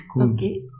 Okay